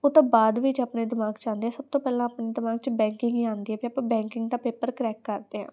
ਉਹ ਤਾਂ ਬਾਅਦ ਵਿੱਚ ਆਪਣੇ ਦਿਮਾਗ 'ਚ ਆਉਂਦੇ ਸਭ ਤੋਂ ਪਹਿਲਾਂ ਆਪਣੇ ਦਿਮਾਗ 'ਚ ਬੈਕਿੰਗ ਹੀ ਆਉਂਦੀ ਵੀ ਆਪਾਂ ਬੈਂਕਿੰਗ ਦਾ ਪੇਪਰ ਕਰੈਕ ਕਰਦੇ ਹਾਂ